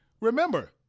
Remember